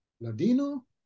Ladino